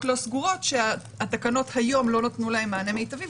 לא סגורות שהתקנות היום לא נותנות להם מענה מיטבי,